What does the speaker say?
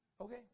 Okay